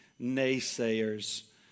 naysayers